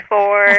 Four